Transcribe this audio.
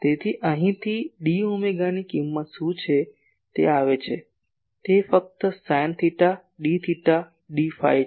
તેથી અહીંથી d ઓમેગાની કિંમત શું છે તે આવે છે તે ફક્ત sine theta d theta d phi છે